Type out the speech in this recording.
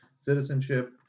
citizenship